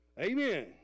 Amen